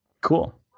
Cool